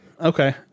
Okay